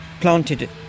planted